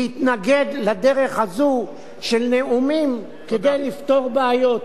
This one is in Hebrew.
להתנגד לדרך הזו של נאומים כדי לפתור בעיות.